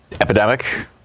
epidemic